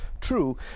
true